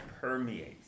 permeates